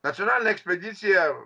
nacionalinė ekspedicija